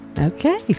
Okay